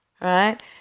right